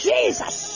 Jesus